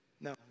No